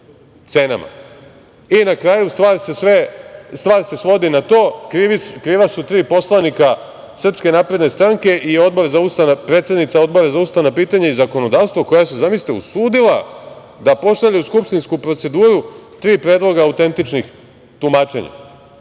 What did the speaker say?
i na kraju stvar se svodi na to, kriva su tri poslanika SNS i predsednica Odbora za ustavna pitanja i zakonodavstvo, koja se zamislite usudila da pošalje u skupštinsku proceduru tri predloga autentičnih tumačenja. Kome